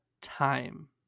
time